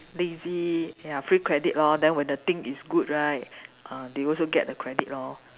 lazy ya free credit lor then when the thing is good right ah they also get the credit lor